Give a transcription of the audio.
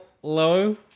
hello